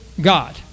God